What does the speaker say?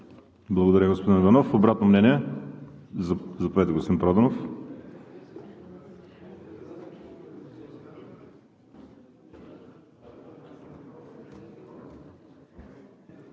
Благодаря, господин Иванов. Обратно мнение? Заповядайте, господин Проданов.